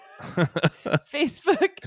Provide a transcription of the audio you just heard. facebook